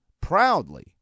proudly